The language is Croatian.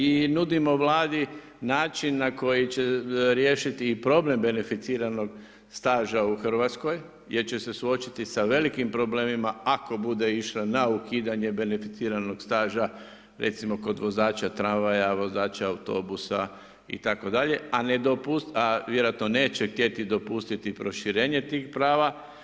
I nudimo vladi način na koji će riješiti i problem beneficiranog staža u Hrvatskoj, jer će se suočiti sa velikim problemima, ako bude išla na ukidanje beneficiranog staža, recimo, kod vozača tramvaja, vozača autobusa, itd. a vjerojatno neće htjeti dopustiti proširenje tih prava.